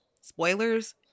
Spoilers